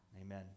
Amen